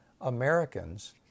Americans